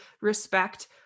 respect